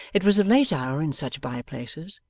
it was a late hour in such by-places,